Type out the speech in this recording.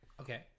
Okay